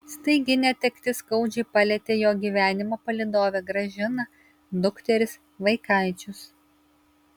staigi netektis skaudžiai palietė jo gyvenimo palydovę gražiną dukteris vaikaičius